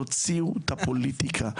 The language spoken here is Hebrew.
תוציאו את הפוליטיקה.